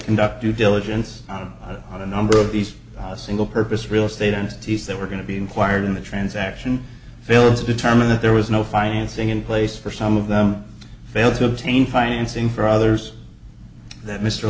conduct due diligence on a number of these a single purpose real estate and cities that were going to be inquired in the transaction films to determine that there was no financing in place for some of them fail to obtain financing for others that mr